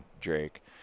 Drake